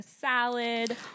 salad